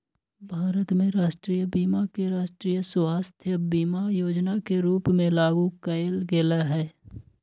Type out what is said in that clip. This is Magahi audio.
भारत में राष्ट्रीय बीमा के राष्ट्रीय स्वास्थय बीमा जोजना के रूप में लागू कयल गेल हइ